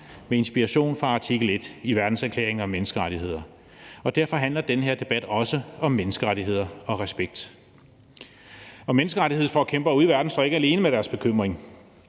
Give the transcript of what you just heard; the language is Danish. med inspiration fra artikel 1 i Verdenserklæringen om menneskerettigheder. Derfor handler den her debat også om menneskerettigheder og respekt, og menneskerettighedsforkæmperne ude i verden står ikke alene med deres bekymring.